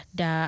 da